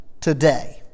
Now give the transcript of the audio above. today